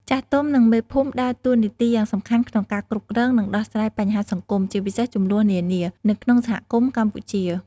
ចាស់ទុំ និងមេភូមិដើរតួនាទីយ៉ាងសំខាន់ក្នុងការគ្រប់គ្រង និងដោះស្រាយបញ្ហាសង្គម ជាពិសេសជម្លោះនានា នៅក្នុងសហគមន៍កម្ពុជា។